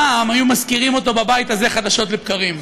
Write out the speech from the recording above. פעם היו מזכירים אותו בבית הזה חדשות לבקרים,